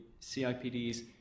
CIPD's